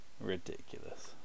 ridiculous